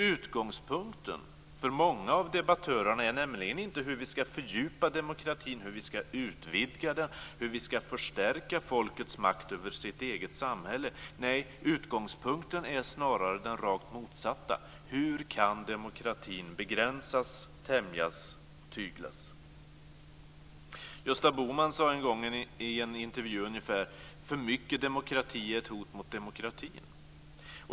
Utgångspunkten för många av debattörerna är nämligen inte hur vi ska fördjupa demokratin, hur vi ska utvidga den, hur vi ska förstärka folkets makt över sitt eget samhälle. Nej, utgångspunkten är snarare den rakt motsatta, dvs. hur demokratin kan begränsas, tämjas, tyglas. Gösta Boman sade en gång i en intervju att för mycket demokrati är ett hot mot demokratin.